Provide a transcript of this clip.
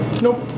Nope